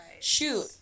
shoot